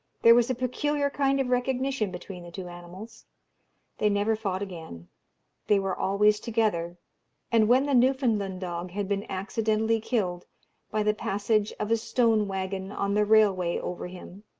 there was a peculiar kind of recognition between the two animals they never fought again they were always together and when the newfoundland dog had been accidentally killed by the passage of a stone waggon on the railway over him,